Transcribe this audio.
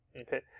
okay